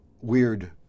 weird